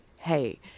hey